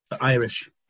Irish